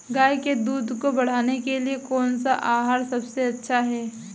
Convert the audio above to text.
गाय के दूध को बढ़ाने के लिए कौनसा आहार सबसे अच्छा है?